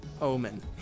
omen